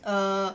err